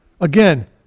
Again